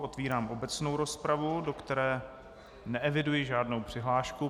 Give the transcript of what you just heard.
Otvírám obecnou rozpravu, do které neeviduji žádnou přihlášku.